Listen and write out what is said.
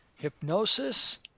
hypnosis